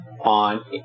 on